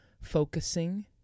focusing